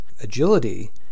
agility